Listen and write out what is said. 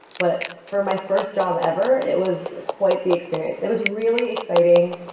but for my first job ever, it was quite the experience it was really exciting.